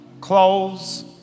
Clothes